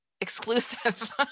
exclusive